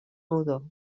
rodó